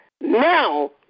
Now